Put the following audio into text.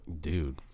Dude